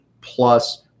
plus